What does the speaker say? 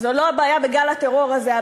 זו לא הבעיה בגל הטרור הזה,